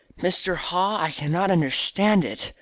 mr. haw, i cannot understand it!